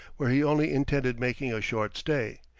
where he only intended making a short stay,